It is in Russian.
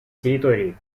территории